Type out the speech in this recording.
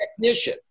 technician